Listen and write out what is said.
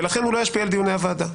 ולכן הוא לא ישפיע על דיוני הוועדה.